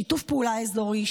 שיתוף פעולה אזורי,